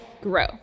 grow